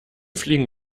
fliegen